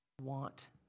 want